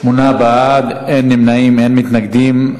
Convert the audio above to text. שמונה בעד, אין נמנעים ואין מתנגדים.